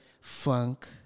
funk